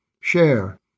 share